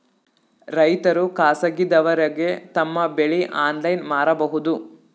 ರೈತರು ಖಾಸಗಿದವರಗೆ ತಮ್ಮ ಬೆಳಿ ಆನ್ಲೈನ್ ಮಾರಬಹುದು?